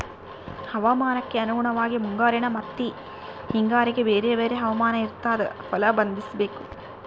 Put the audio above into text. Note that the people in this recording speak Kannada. ಹವಾಮಾನಕ್ಕೆ ಅನುಗುಣವಾಗಿ ಮುಂಗಾರಿನ ಮತ್ತಿ ಹಿಂಗಾರಿಗೆ ಬೇರೆ ಬೇರೆ ಹವಾಮಾನ ಇರ್ತಾದ ಫಲ ಬದ್ಲಿಸಬೇಕು